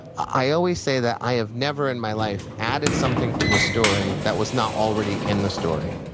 i always say that i have never in my life added something to a story that was not already in the story.